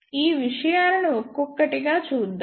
ఈ విషయాలను ఒక్కొక్కటిగా చూద్దాం